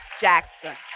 Jackson